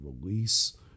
release